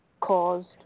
caused